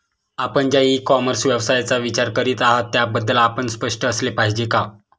आपण ज्या e commerce व्यवसायाचा विचार करीत आहात त्याबद्दल आपण स्पष्ट असले पाहिजे का?